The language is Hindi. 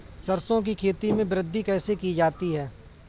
सरसो की खेती में वृद्धि कैसे की जाती है?